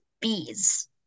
bees